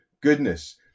goodness